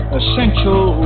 essential